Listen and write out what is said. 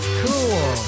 cool